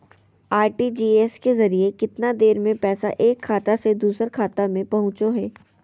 RTGS के जरिए कितना देर में पैसा एक खाता से दुसर खाता में पहुचो है?